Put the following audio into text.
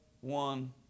one